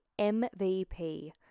MVP